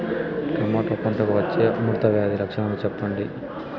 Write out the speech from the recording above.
Tomato పంటకు వచ్చే ముడత వ్యాధి లక్షణాలు చెప్పండి?